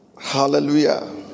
Hallelujah